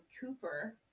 Cooper